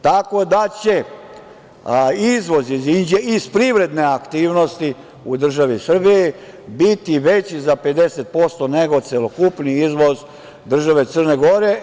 Tako da će izvoz iz Inđije, iz privredne aktivnosti u državi Srbiji biti veći za 50% nego celokupni izvoz države Crne Gore.